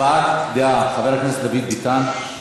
הבעת דעה, חבר הכנסת דוד ביטן.